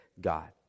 God